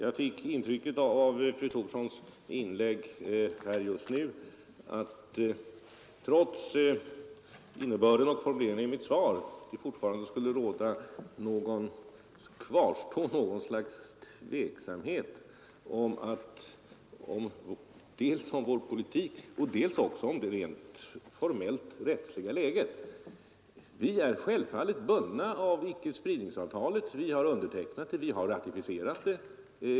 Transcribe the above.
Av fru Thorssons inlägg just nu fick jag intrycket att det, trots innebörden och formuleringen i mitt svar, fortfarande skulle kvarstå något slags tveksamhet dels om vår politik, dels också om det rent formellt rättsliga läget. Vi är självfallet bundna av icke-spridningsavtalet. Vi har undertecknat och ratificerat det.